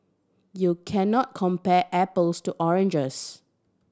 you can not compare apples to oranges